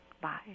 Bye